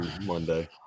monday